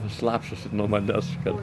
slapstosi nuo manęs kad